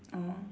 ah